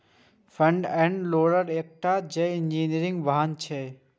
front end loader एकटा पैघ engineering वाहन छियै